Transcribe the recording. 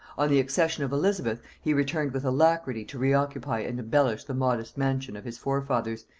on the accession of elizabeth he returned with alacrity to re-occupy and embellish the modest mansion of his forefathers,